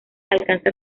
alcanza